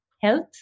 health